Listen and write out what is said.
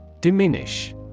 Diminish